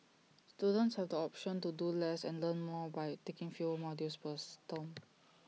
students have the option to do less and learn more by taking fewer modules per storm